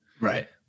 Right